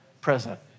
present